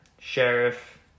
Sheriff